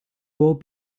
will